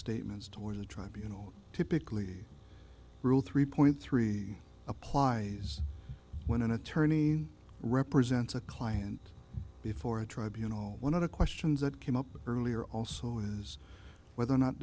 statements towards the tribunals typically rule three point three applies when an attorney represents a client before a tribunal one of the questions that came up earlier also is whether or not